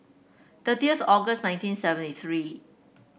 thirtieth August nineteen seventy three